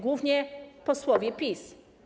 Głównie Posłowie PiS!